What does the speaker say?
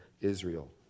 Israel